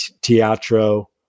Teatro